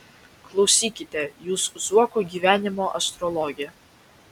klausykite jūs zuoko gyvenimo astrologe